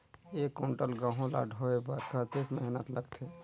एक कुंटल गहूं ला ढोए बर कतेक मेहनत लगथे?